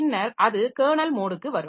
பின்னர் அது கெர்னல் மோடுக்கு வரும்